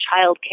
childcare